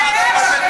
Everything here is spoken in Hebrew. גם עכשיו השמאל אשם?